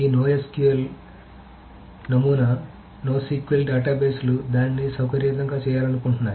ఈ NoSQL నమూనా NoSQL డేటాబేస్లు దానిని సౌకర్యవంతంగా చేయాలనుకుంటున్నాయి